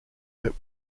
but